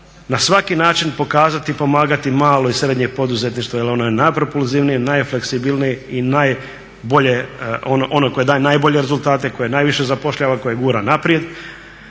na svaki način pokazati i pomagati malo i srednje poduzetništvo jer ono je najpropulzivnije, najfleksibilnije i najbolje, ono koje daje najbolje rezultate, koje gura naprijed.